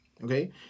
Okay